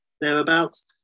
thereabouts